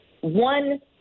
one